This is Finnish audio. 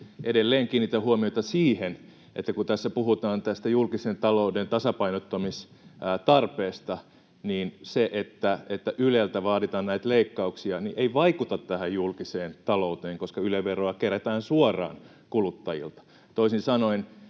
Edelleen kiinnitän huomiota siihen, että kun tässä puhutaan julkisen talouden tasapainottamistarpeesta, niin se, että Yleltä vaaditaan leikkauksia, ei vaikuta julkiseen talouteen, koska Yle-veroa kerätään suoraan kuluttajilta. Toisin sanoen